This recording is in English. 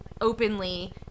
openly